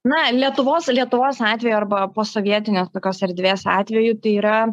na lietuvos lietuvos atveju arba posovietinio tokios erdvės atveju tai yra